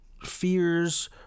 fears